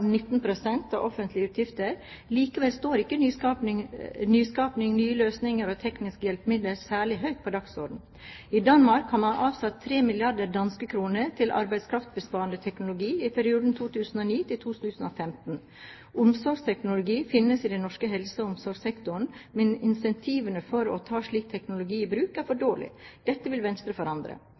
pst. av offentlige utgifter. Likevel står ikke nyskaping, nye løsninger og tekniske hjelpemidler særlig høyt på dagsordenen. I Danmark har man avsatt 3 milliarder danske kroner til arbeidskraftbesparende teknologi i perioden 2009–2015. Omsorgsteknologi finnes i den norske helse- og omsorgssektoren, men incentivene for å ta slik teknologi i bruk er for dårlige. Dette vil Venstre forandre.